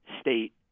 state